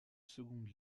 seconde